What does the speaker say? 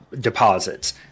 Deposits